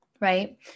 right